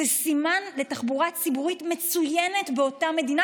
זה סימן לתחבורה ציבורית מצוינת באותה מדינה,